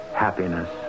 happiness